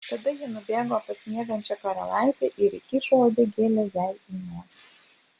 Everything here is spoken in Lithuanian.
tada ji nubėgo pas miegančią karalaitę ir įkišo uodegėlę jai į nosį